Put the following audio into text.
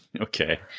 Okay